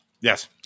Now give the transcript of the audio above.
Yes